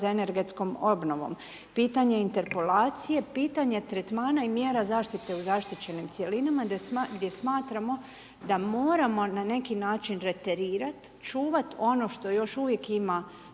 za energetskom obnovom, pitanje interpelacije, pitanje tretmana i mjera zaštite u zaštićenim cjelinama gdje smatramo da moramo na neki način reterirat, čuvat ono što još uvijek ima